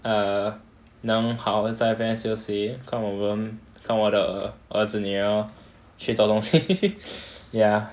err 能好好在那边休息看我们看我的儿子女儿去找东西 ya